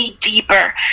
deeper